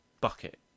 bucket